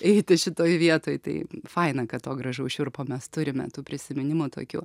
eiti šitoj vietoj tai faina kad to gražaus šiurpo mes turime tų prisiminimų tokių